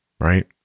right